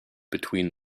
between